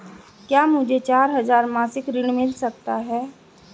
क्या मुझे चार हजार मासिक ऋण मिल सकता है?